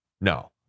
No